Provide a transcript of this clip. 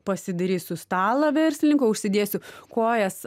pasidairysiu stalą verslininko užsidėsiu kojas